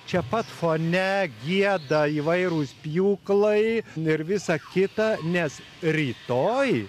čia pat fone gieda įvairūs pjūklai ir visa kita nes rytoj